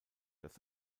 das